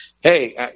hey